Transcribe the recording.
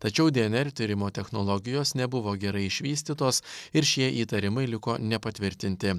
tačiau dnr tyrimo technologijos nebuvo gerai išvystytos ir šie įtarimai liko nepatvirtinti